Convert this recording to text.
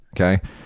okay